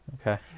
Okay